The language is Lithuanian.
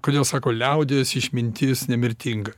kodėl sako liaudies išmintis nemirtinga